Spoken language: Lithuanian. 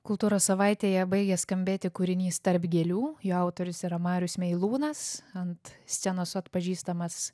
kultūros savaitėje baigė skambėti kūrinys tarp gėlių jo autorius yra marius meilūnas ant scenos atpažįstamas